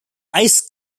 ice